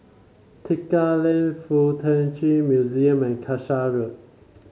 Tekka Lane FuK Ta Chi Museum and Casha Road